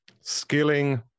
Skilling